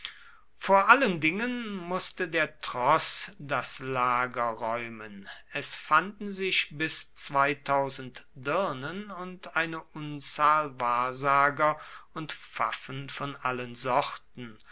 vor allen dingen mußte der troß das lager räumen es fanden sich bis dirnen und eine unzahl wahrsager und pfaffen von allen sorten